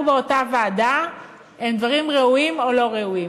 באותה ועדה הם דברים ראויים או לא ראויים,